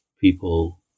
people